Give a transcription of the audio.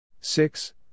Six